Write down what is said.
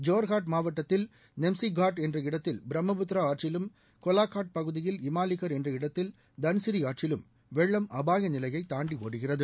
ஜோர்ஹாட் மாவட்டத்தில் நெம்ஸ்டிகாட் என்ற இடத்தில் பிரம்மபுத்திரா ஆற்றிலும் கொலாகாட் பகுதியில் இமாலிகர் என்ற இடத்தில் தன்சிரி ஆற்றிலும் வெள்ளம் அபாய நிலையை தாண்டி ஒடுகிறது